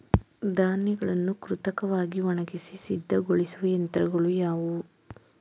ಧಾನ್ಯಗಳನ್ನು ಕೃತಕವಾಗಿ ಒಣಗಿಸಿ ಸಿದ್ದಗೊಳಿಸುವ ಯಂತ್ರಗಳು ಯಾವುವು?